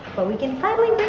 but we can finally